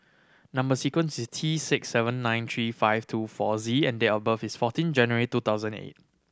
number sequence is T six seven nine three five two four Z and date of birth is fourteen January two thousand eight